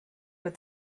with